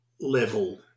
level